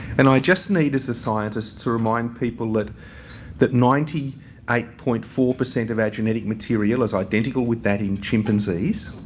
and i just need as a scientist to remind people that that ninety eight point four percent of our genetic material is identical with that in chimpanzees.